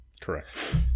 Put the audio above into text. Correct